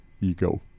ego